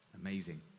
Amazing